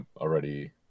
already